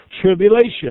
Tribulation